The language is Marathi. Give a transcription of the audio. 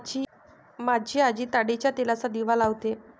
माझी आजी ताडीच्या तेलाचा दिवा लावते